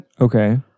Okay